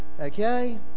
Okay